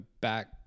back